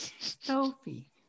Sophie